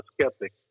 skeptic